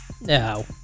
No